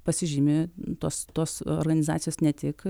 pasižymi tos tos organizacijos ne tik